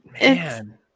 Man